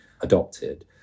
adopted